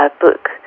book –